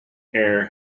air